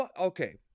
okay